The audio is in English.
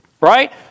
Right